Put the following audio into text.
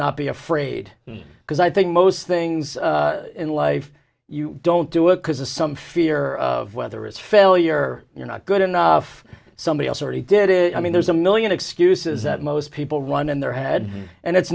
not be afraid because i think most things in life you don't do it because of some fear of whether it's failure you're not good enough somebody else already did it i mean there's a million excuses that most people run in their head and it's